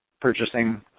purchasing